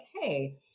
hey